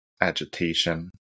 agitation